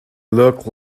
look